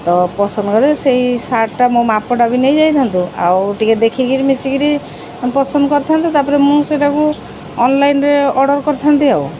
ତ ପସନ୍ଦ ହେଲେ ସେଇ ସାର୍ଟ୍ଟା ମୋ ମାପଟା ବି ନେଇଯାଇଥାନ୍ତୁ ଆଉ ଟିକେ ଦେଖିକରି ମିଶିକରି ପସନ୍ଦ କରିଥାନ୍ତୁ ତା'ପରେ ମୁଁ ସେଇଟାକୁ ଅନ୍ଲାଇନ୍ରେ ଅର୍ଡ଼ର୍ କରିଥାନ୍ତି ଆଉ